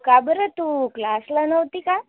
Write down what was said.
का बरं तू क्लासला नव्हती का